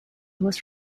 was